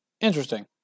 Interesting